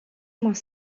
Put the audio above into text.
moins